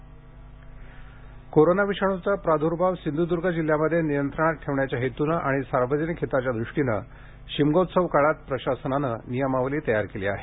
Shimga corona विषाणूचा प्रादूर्भाव सिंधूदूर्ग जिल्ह्यामध्ये नियंत्रणात ठेवण्याच्या हेतूने आणि सार्वजनिक हिताच्या दृष्टीने शिमगोत्सव काळात प्रशासनाने नियमावली तयार केली आहे